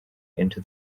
into